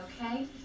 Okay